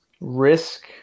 risk